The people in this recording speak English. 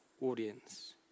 audience